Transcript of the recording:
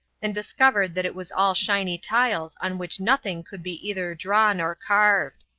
and discovered that it was all shiny tiles on which nothing could be either drawn or carved.